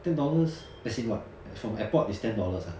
ten dollars as in what from airport is ten dollars ah